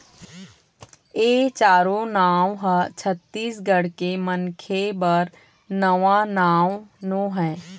ए चारो नांव ह छत्तीसगढ़ के मनखे बर नवा नांव नो हय